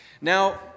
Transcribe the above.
Now